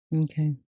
Okay